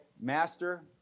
Master